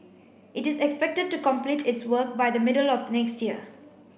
it is expected to complete its work by the middle of next year